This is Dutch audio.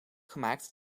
gemaakt